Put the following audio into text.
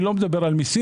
אני לא מדבר על מיסים,